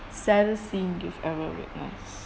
saddest scene you've ever witnessed